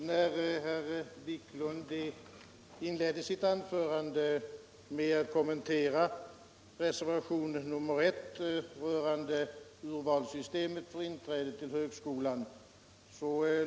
Herr talman! Herr Wiklund inledde sitt anförande med att kommentera reservationen 1 rörande systemet för urval till högskoleutbildning.